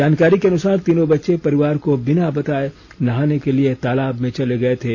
जानकारी के अनुसार तीनों बच्चे परिवार को बिना बताए नहाने के लिए तालाब में चले गए थे